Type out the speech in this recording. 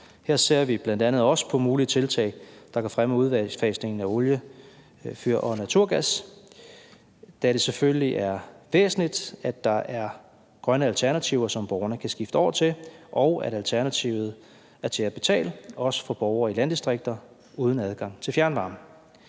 Her ser vi bl.a. også på mulige tiltag, der kan fremme udfasningen af olie- og naturgasfyr, da det selvfølgelig er væsentligt, at der er grønne alternativer, som borgerne kan skifte over til, og at alternativet er til at betale, også for borgere i landdistrikter uden adgang til fjernvarme.